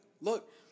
look